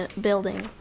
building